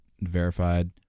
verified